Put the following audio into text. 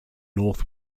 north